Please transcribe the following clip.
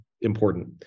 important